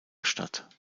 statt